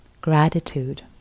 gratitude